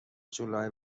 جولای